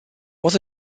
was